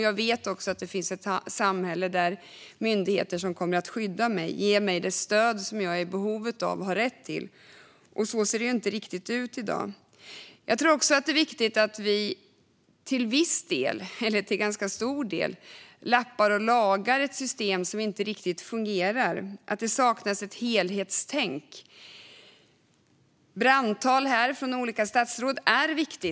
Jag vet också att det finns ett samhälle där myndigheter kommer att skydda mig och ge mig det stöd som jag är i behov av och har rätt till. Så ser det inte riktigt ut i dag. Jag tror att vi till ganska stor del lappar och lagar i ett system som inte riktigt fungerar, att det saknas ett helhetstänk. Brandtal här från olika statsråd är viktigt.